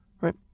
right